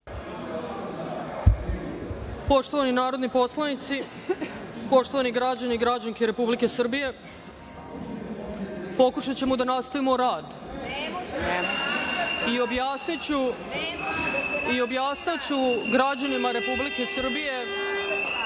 Poštovani narodni poslanici, poštovani građani i građanke Republike Srbije, pokušaćemo da nastavimo rad i objasniću građanima Republike Srbije